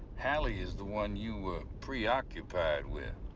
hallie is the one you were preoccupied with.